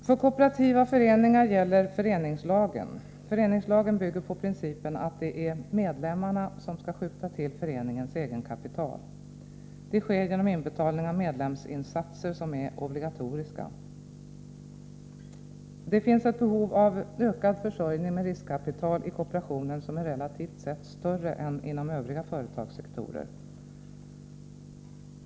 För kooperativa föreningar gäller föreningslagen. Föreningslagen bygger på principen att det är medlemmarna som skall skjuta till föreningens egenkapital. Det sker genom inbetalning av medlemsinsatser som är obligatoriska. Det finns ett behov av ökad försörjning med riskkapital i kooperationen, ett behov som är relativt sett större än inom övriga företagssektorer.